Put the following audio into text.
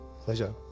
pleasure